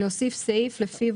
להוסיף סעיף לפיו